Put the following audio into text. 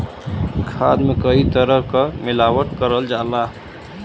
खाद में कई तरे क मिलावट करल जाला